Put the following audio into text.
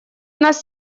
нас